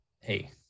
hey